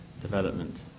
development